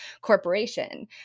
corporation